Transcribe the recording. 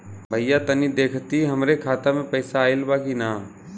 भईया तनि देखती हमरे खाता मे पैसा आईल बा की ना?